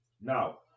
Now